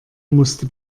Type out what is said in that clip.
musste